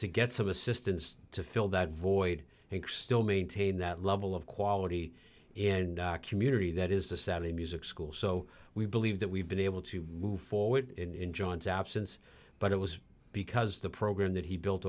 to get some assistance to fill that void and still maintain that level of quality in community that is the saudi music school so we believe that we've been able to move forward in john's absence but it was because the program that he built